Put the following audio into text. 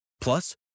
Plus